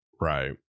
Right